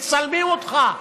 מצלמים אותך.